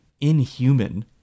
inhuman